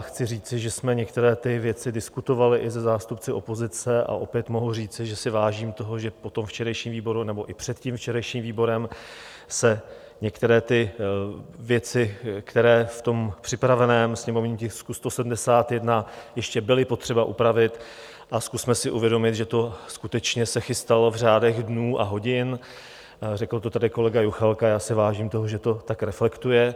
Chci říci, že jsme některé ty věci diskutovali i se zástupci opozice, a opět mohu říci, že si vážím toho, že po tom včerejším výboru, nebo i před tím včerejším výborem, se některé ty věci, které v tom připraveném sněmovním tisku 171 ještě bylo potřeba upravit a zkusme si uvědomit, že se to skutečně chystalo v řádech dnů a hodin, řekl to tady kolega Juchelka, já si vážím toho, že to tak reflektuje.